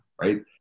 right